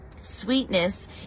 Sweetness